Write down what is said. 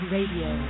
Radio